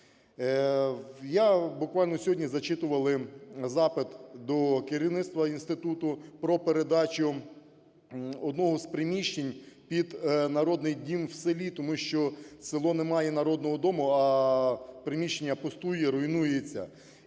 Я… буквально сьогодні зачитували запит до керівництва інституту про передачу одного з приміщень під народний дім в селі, тому що село не має народного дому, а приміщення пустує, руйнується.